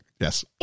Yes